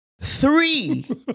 three